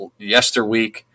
yesterweek